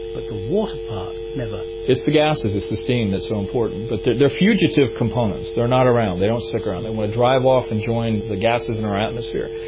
but the water part, never. it's the gases, it's the steam that's so important. but they're fugitive components. they're not around, they don't stick around. they want to drive off and join the gases in our atmosphere.